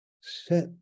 set